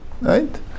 right